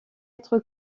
être